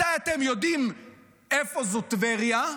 מתי אתם יודעים איפה טבריה?